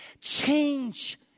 change